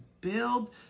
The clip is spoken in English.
build